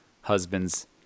husbands